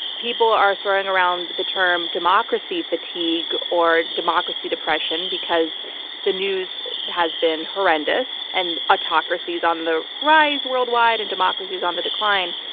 people are throwing around the term democracy fatigue or democracy depression because the news has been horrendous and autocracy is on the rise worldwide and democracy is on the decline.